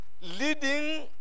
Leading